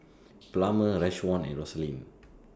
Plummer Rashawn and Rosalind